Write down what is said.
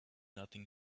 nothing